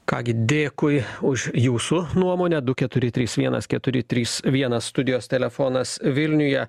ką gi dėkui už jūsų nuomonę du keturis trys vienas keturi trys vienas studijos telefonas vilniuje